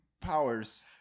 powers